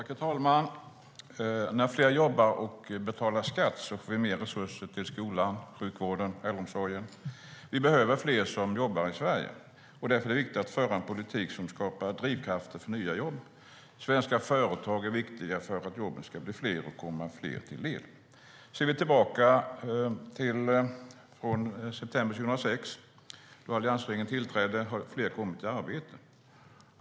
Herr talman! När fler jobbar och betalar skatt får vi mer resurser till skolan, sjukvården och äldreomsorgen. Vi behöver fler som jobbar i Sverige. Därför är det viktigt att föra en politik som skapar drivkrafter för nya jobb. Svenska företag är viktiga för att jobben ska bli fler och komma fler till del. Om vi ser tillbaka på tiden från september 2006, då alliansregeringen tillträdde, har fler kommit i arbete.